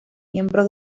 miembro